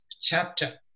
chapter